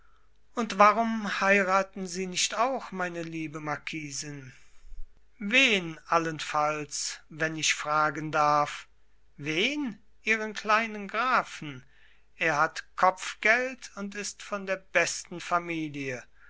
und warum heuraten sie nicht auch meine liebe marquisin wen allenfalls wenn ich fragen darf wen ihren kleinen grafen er hat kopf geld und ist von der besten familie